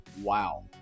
Wow